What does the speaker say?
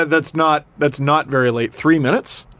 that's not that's not very late. three minutes?